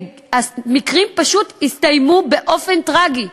מקרים פשוט הסתיימו באופן טרגי.